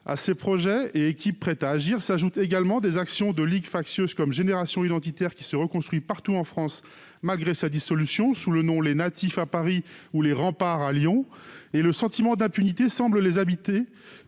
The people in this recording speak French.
À ces projets, à ces équipes prêtes à agir, s'ajoute l'action de ligues factieuses comme Génération identitaire, organisation qui se reconstruit partout en France malgré sa dissolution, sous le nom des Natifs, à Paris, ou des Remparts, à Lyon. Un sentiment d'impunité semble les habiter,